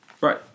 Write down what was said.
Right